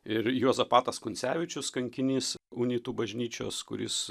ir juozapatas kuncevičius kankinys unitų bažnyčios kuris